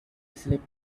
sleep